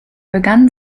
begann